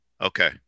okay